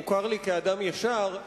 מוכר לי כאדם ישר,